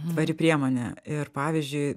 tvari priemonė ir pavyzdžiui